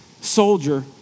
soldier